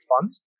funds